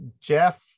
jeff